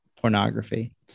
pornography